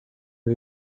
این